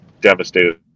devastated